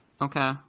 Okay